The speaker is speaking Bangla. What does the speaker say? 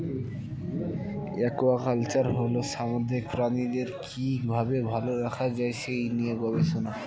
একুয়াকালচার হল সামুদ্রিক প্রাণীদের কি ভাবে ভালো রাখা যায় সেই নিয়ে গবেষণা